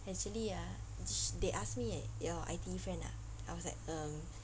actually ah they ask me eh your I_T_E friend ah I was like um